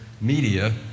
media